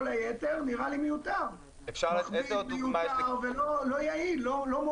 כל היתר נראה לי מיותר, מכביד ולא מועיל.